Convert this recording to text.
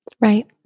Right